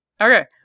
Okay